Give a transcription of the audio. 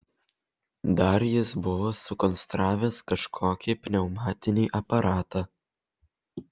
dar jis buvo sukonstravęs kažkokį pneumatinį aparatą